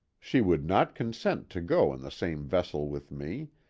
she would not consent to go in the same vessel with me,